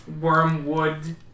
wormwood